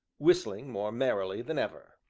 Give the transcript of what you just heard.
whistling more merrily than ever.